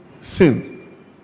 sin